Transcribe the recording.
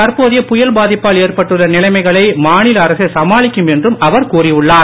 தற்போதைய புயல் பாதிப்பால் ஏற்பட்டுள்ள நிலைமைகளை மாநில அரசே சமாளிக்கும் என்றும் அவர் கூறி உள்ளார்